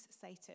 Satan